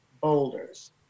boulders